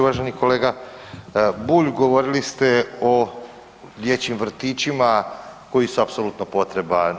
Uvaženi kolega Bulj govorili ste o dječjim vrtićima koji su apsolutno potreba.